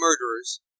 murderers